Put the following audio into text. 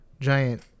giant